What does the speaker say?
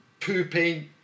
pooping